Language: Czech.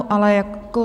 Ale jako...